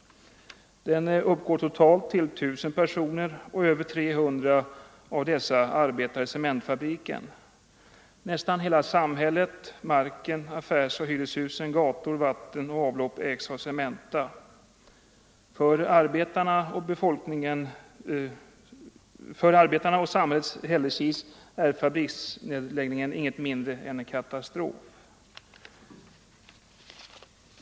Den uppgår totalt till 1000 personer och över 300 av dessa arbetar i cementfabriken. Nästan hela samhället, marken, affärsoch hyreshusen, gator, vatten och avlopp ägs av Cementa. För arbetarna och samhället Hällekis är fabriksnedläggningen ingenting mindre än en katastrof.